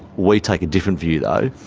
we take a different view, though.